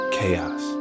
Chaos